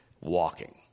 Walking